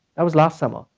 that was last summer.